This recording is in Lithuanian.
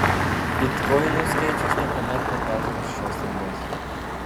bitkoinų skaičius niekuomet neperžengs šios ribos